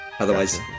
Otherwise